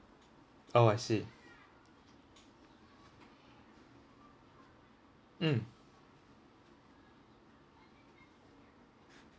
oh I see mm